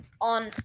on